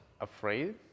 afraid